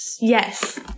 Yes